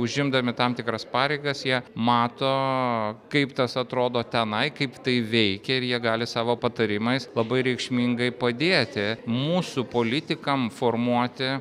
užimdami tam tikras pareigas jie mato kaip tas atrodo tenai kaip tai veikia ir jie gali savo patarimais labai reikšmingai padėti mūsų politikam formuoti